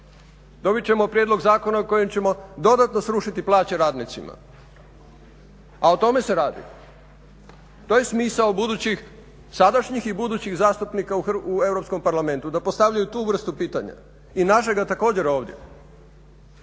Dobit ćemo prijedlog Zakona kojim ćemo dodatno srušiti plaće radnicima, a o tome se radi. To je smisao budućih, sadašnjih i budućih zastupnika u Europskom parlamentu da postavljaju tu vrstu pitanja i našega također ovdje.